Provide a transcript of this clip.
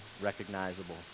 recognizable